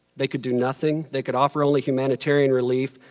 they could do nothing. they could offer only humanitarian relief.